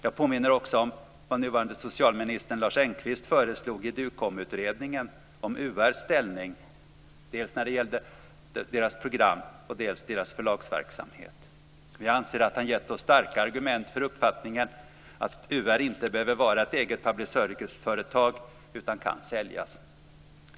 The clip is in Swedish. Jag påminner också om vad nuvarande socialministern föreslog i DUKOM-utredningen om UR:s ställning, dels när det gällde programmen, dels när det gällde förlagsverksamheten. Vi anser att han har gett oss starka argument för uppfattningen att UR inte behöver vara ett eget public service-företag utan kan säljas.